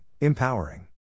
empowering